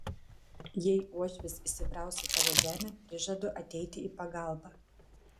jei uošvis įsibraus į tavo žemę prižadu ateiti į pagalbą